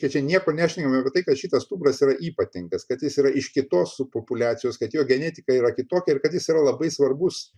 čia nieko nešnekam apie tai kad šitas stumbras yra ypatingas kad jis yra iš kitos subpopuliacijos kad jo genetika yra kitokia ir kad jis yra labai svarbus